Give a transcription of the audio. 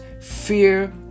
fear